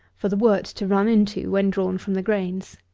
for the wort to run into when drawn from the grains.